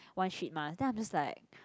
one sheet mask then I'm just like